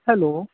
hello